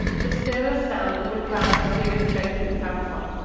the stereo sound will come as you would expect it to come from.